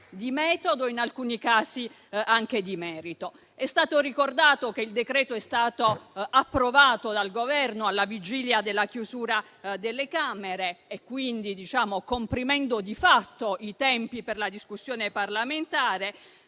È stato ricordato che il decreto-legge è stato approvato dal Governo alla vigilia della chiusura delle Camere, comprimendo di fatto i tempi per la discussione parlamentare,